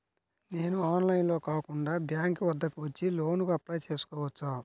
నేను ఆన్లైన్లో కాకుండా బ్యాంక్ వద్దకు వచ్చి లోన్ కు అప్లై చేసుకోవచ్చా?